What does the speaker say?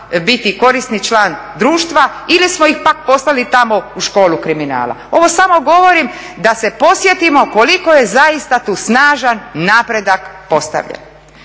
biti korisni član društva ili smo ih pak poslali tamo u školu kriminala. Ovo samo govorim da se podsjetimo koliko je zaista tu snažan napredak postavljen,